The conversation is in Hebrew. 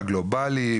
הגלובאלי,